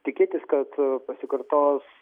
tikėtis kad pasikartos